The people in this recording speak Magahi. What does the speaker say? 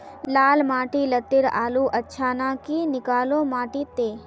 लाल माटी लात्तिर आलूर अच्छा ना की निकलो माटी त?